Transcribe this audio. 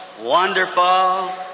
wonderful